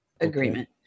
agreement